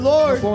Lord